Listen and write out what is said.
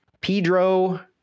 Pedro